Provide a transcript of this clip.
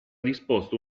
disposto